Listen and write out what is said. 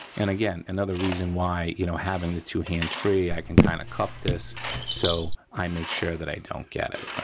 and again, another reason why, you know, having the two hands free i can kind of cup this so i make sure that i don't get it,